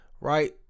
Right